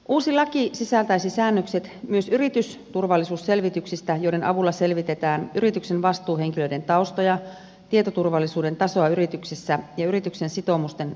uusi laki sisältäisi säännökset myös yritysturvallisuusselvityksistä joiden avulla selvitetään yrityksen vastuuhenkilöiden taustoja tietoturvallisuuden tasoa yrityksessä ja yrityksen sitoumustenhoitokykyä